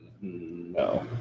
No